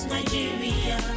Nigeria